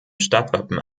stadtwappen